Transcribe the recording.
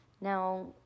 Now